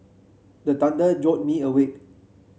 the thunder jolt me awake